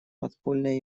подпольной